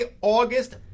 August